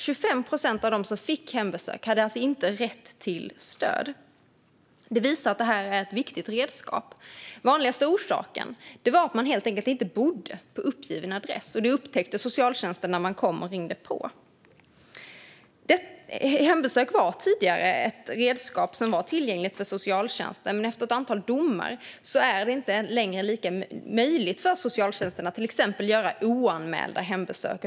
25 procent av dem som fick hembesök hade alltså inte rätt till stöd. Detta visar att hembesök är ett viktigt redskap. Den vanligaste orsaken var att man helt enkelt inte bodde på uppgiven adress, och detta upptäckte socialtjänsten när de kom och ringde på. Hembesök var tidigare ett redskap som var tillgängligt för socialtjänsten, men efter ett antal domar är det inte längre möjligt på samma sätt för socialtjänsten att till exempel göra oanmälda hembesök.